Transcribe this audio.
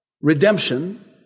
redemption